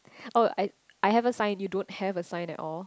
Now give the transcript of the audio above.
oh I I have a sign you don't have a sign at all